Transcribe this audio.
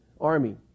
army